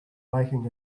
making